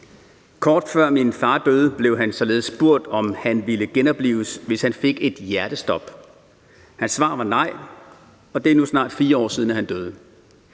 Kort før min far døde, blev han således spurgt, om han ville genoplives, hvis han fik et hjertestop. Hans svar var nej, og det er nu snart 4 år siden, han døde.